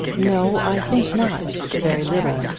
no, i think not very little.